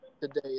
today